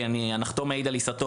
כי אני הנחתום מעיד על עיסתו,